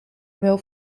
wel